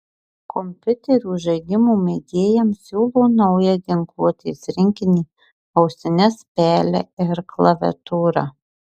kompiuterių žaidimų mėgėjams siūlo naują ginkluotės rinkinį ausines pelę ir klaviatūrą